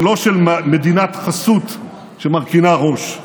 ולא של מדינת חסות שמרכינה ראש.